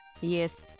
Yes